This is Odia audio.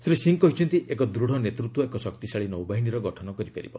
ଶ୍ରୀ ସିଂହ କହିଛନ୍ତି ଏକ ଦୃତ୍ ନେତୃତ୍ୱ ଏକ ଶକ୍ତିଶାଳୀ ନୌବାହିନୀର ଗଠନ କରିପାରିବ